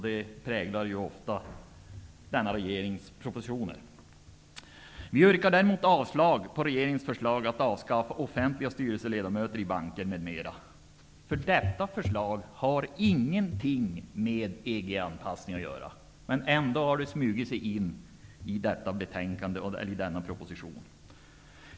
Det präglar ofta denna regerings propositioner. Vi yrkar däremot avslag på regeringens förslag att avskaffa offentliga företrädare i bankernas styrelser m.m.. Detta förslag har ingenting med EG anpassningen att göra. Ändå har det smugit sig in i propositionen och betänkandet.